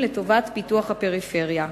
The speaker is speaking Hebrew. לטובת פיתוח הפריפריה.